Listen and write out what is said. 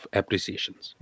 appreciations